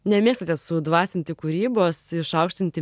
nemėgstate sudvasinti kūrybos išaukštinti